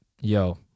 yo